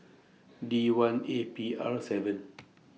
D one A P R seven